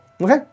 Okay